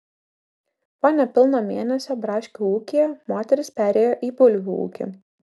po nepilno mėnesio braškių ūkyje moteris perėjo į bulvių ūkį